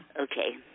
Okay